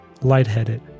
Lightheaded